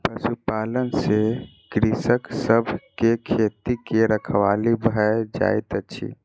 पशुपालन से कृषक सभ के खेती के रखवाली भ जाइत अछि